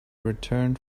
returned